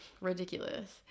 Ridiculous